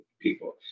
people